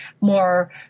more